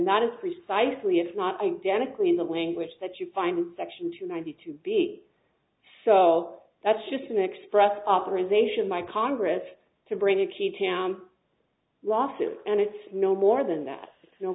that is precisely if not identical in the language that you find section two ninety two b so that's just an express authorization my congress to bring a key town lawsuit and it's no more than that no